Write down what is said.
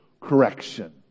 correction